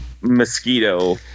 mosquito